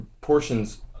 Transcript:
portions